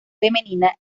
femenina